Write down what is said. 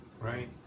right